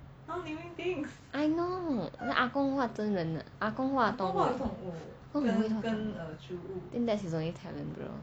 I know then 阿公画真人啊阿公画动物 think that's his own talent girl